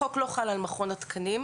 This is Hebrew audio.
החוק לא חל על מכון התקנים.